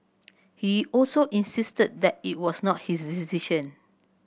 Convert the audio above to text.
he also insisted that it was not his decision